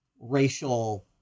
racial